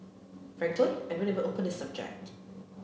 frankly I don't even open the subject